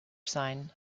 sein